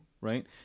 Right